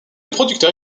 producteur